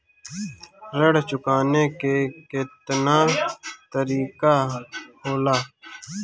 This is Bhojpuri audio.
ऋण चुकाने के केतना तरीका होला?